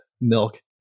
milk